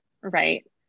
right